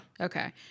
Okay